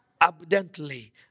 abundantly